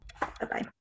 Bye-bye